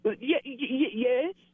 Yes